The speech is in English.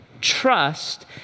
trust